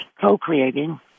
co-creating